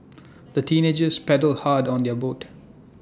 the teenagers paddled hard on their boat